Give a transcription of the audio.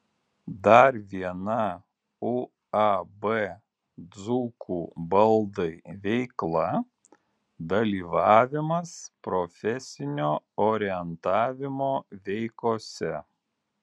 dar viena uab dzūkų baldai veikla dalyvavimas profesinio orientavimo veikose